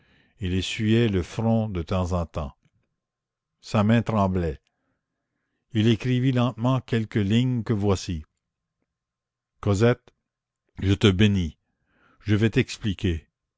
il s'essuyait le front de temps en temps sa main tremblait il écrivit lentement quelques lignes que voici cosette je te bénis je vais t'expliquer